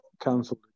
cancelled